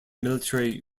military